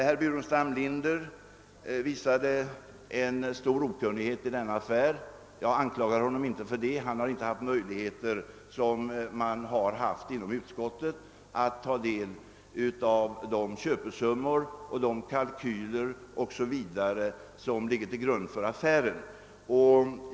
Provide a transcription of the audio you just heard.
Herr Burenstam Linder visade en stor okunnighet i denna affär. Jag anklagar honom inte därför, ty han har inte haft de möjligheter som utskottet haft att ta del av de köpesummor, kalkyler 0. s. v. som legat till grund för affären.